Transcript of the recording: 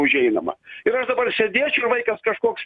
užeinama ir aš dabar sėdėčiau ir vaikas kažkoks